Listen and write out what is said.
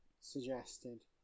suggested